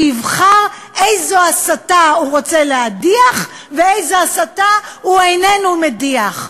שיבחר איזו הסתה הוא רוצה להדיח ואיזו הסתה הוא איננו מדיח.